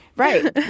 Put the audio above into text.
Right